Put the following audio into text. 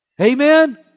Amen